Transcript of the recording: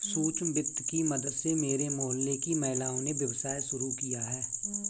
सूक्ष्म वित्त की मदद से मेरे मोहल्ले की महिलाओं ने व्यवसाय शुरू किया है